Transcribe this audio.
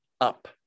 up